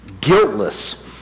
guiltless